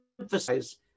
emphasize